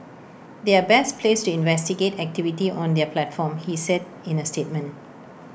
they are best placed to investigate activity on their platform he said in A statement